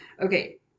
Okay